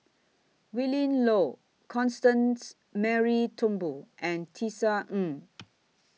Willin Low Constance Mary Turnbull and Tisa Ng